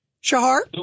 Shahar